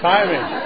Timing